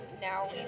now